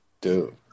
Dude